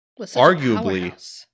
Arguably